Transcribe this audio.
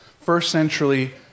first-century